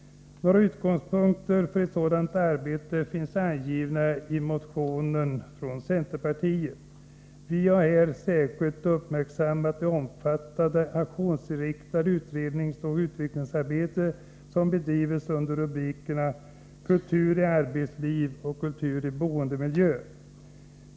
Några utgångspunkter för ett sådant arbete finns angivna i vår motion. Jag vill här särskilt uppmärksamma det omfattande, aktionsinriktade utredningsoch utvecklingsarbete som har bedrivits under rubrikerna Kultur i arbetslivet och Kultur i boendemiljö.